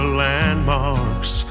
landmarks